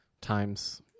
Times